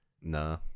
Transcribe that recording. Nah